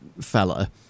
fella